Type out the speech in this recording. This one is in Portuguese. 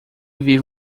vive